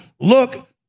look